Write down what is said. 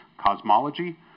cosmology